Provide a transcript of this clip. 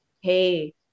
Hey